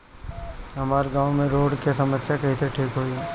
हमारा गाँव मे रोड के समस्या कइसे ठीक होई?